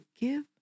give